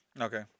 Okay